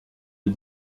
les